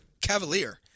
Cavalier